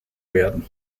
werden